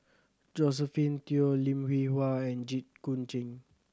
Josephine Teo Lim Hwee Hua and Jit Koon Ch'ng